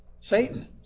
Satan